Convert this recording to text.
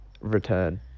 return